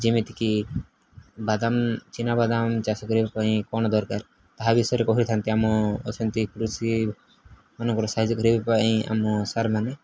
ଯେମିତିକି ବାଦାମ ଚିନାବାଦାମ ଚାଷ କରିବା ପାଇଁ କ'ଣ ଦରକାର ତାହା ବିଷୟରେ କହିଥାନ୍ତି ଆମ ଅଛନ୍ତି କୃଷକମାନଙ୍କର ସାହାଯ୍ୟ କରିବା ପାଇଁ ଆମ ସାର୍ମାନେ